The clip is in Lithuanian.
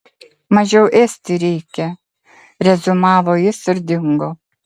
mažiau ėsti reikia reziumavo jis ir dingo